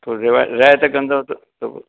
थोरी रियायत कंदव त त